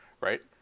right